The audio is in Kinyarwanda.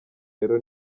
rero